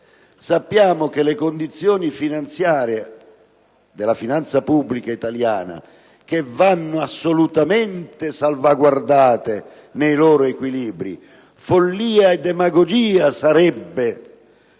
Sappiamo che le condizioni finanziarie della finanza pubblica italiana vanno assolutamente salvaguardate nei loro equilibri: follia e demagogia sarebbe